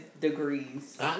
degrees